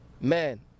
man